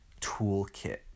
toolkit